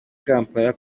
kampala